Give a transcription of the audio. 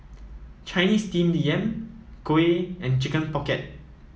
Chinese Steamed Yam kuih and Chicken Pocket